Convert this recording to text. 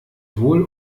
wohl